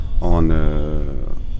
on